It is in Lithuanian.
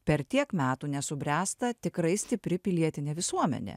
per tiek metų nesubręsta tikrai stipri pilietinė visuomenė